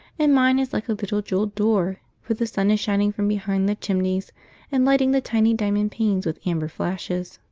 and mine is like a little jewelled door, for the sun is shining from behind the chimneys and lighting the tiny diamond panes with amber flashes.